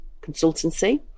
Consultancy